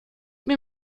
mir